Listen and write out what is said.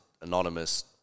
anonymous